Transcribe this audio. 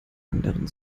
anderen